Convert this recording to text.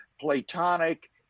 platonic